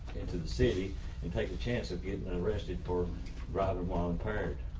into the city and take the chance of getting arrested for robbery while impaired.